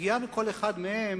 פגיעה בכל אחד מהם,